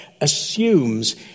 assumes